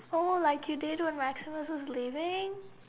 oh like you did when maximus was leaving